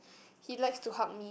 he likes to hug me